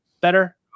better